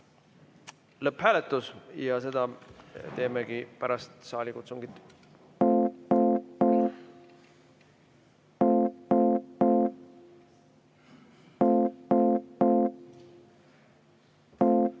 lõpphääletus ja seda teemegi pärast saalikutsungit.